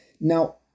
Now